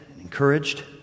encouraged